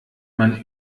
man